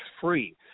free